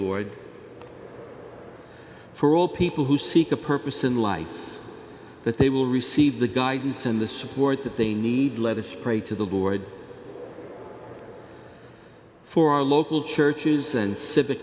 lord for all people who seek a purpose in life that they will receive the guide use and the support that they need let us pray to the lord for our local churches and civic